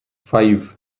five